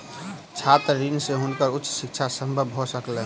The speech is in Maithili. छात्र ऋण से हुनकर उच्च शिक्षा संभव भ सकलैन